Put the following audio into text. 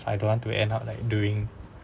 I don't want to end up like doing